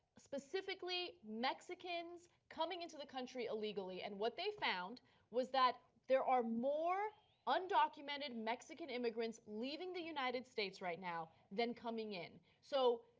specifically mexicans coming into the country illegally, and what they found was that there are more undocumented mexican immigrants leaving the united states right now than coming in. so